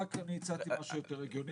רק אני הצעתי משהו יותר הגיוני,